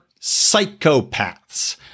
psychopaths